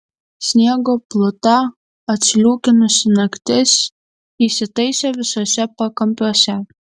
sniego pluta atsliūkinusi naktis įsitaisė visuose pakampiuose